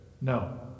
No